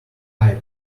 eyed